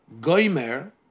goymer